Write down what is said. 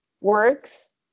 works